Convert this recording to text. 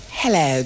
hello